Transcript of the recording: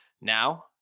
now